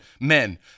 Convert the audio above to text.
men